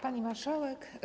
Pani Marszałek!